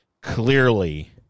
clearly